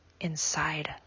inside